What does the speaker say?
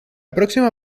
próxima